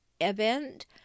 event